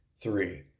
three